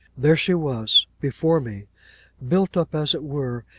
there she was, before me built up, as it were,